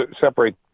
separate